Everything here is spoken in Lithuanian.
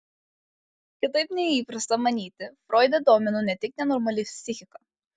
kitaip nei įprasta manyti froidą domino ne tik nenormali psichika